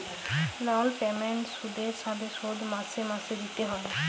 লল পেমেল্ট সুদের সাথে শোধ মাসে মাসে দিতে হ্যয়